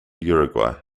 uruguay